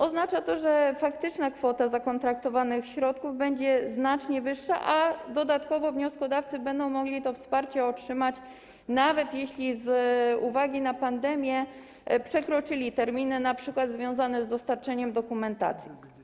Oznacza to, że faktyczna kwota zakontraktowanych środków będzie znacznie wyższa, a dodatkowo wnioskodawcy będą mogli to wsparcie otrzymać, nawet jeśli z uwagi na pandemię przekroczyli terminy, np. związane z dostarczeniem dokumentacji.